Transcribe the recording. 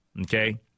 Okay